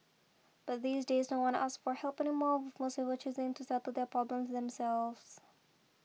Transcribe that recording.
but these days no one asks for help anymore with most people choosing to settle their problems themselves